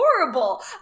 horrible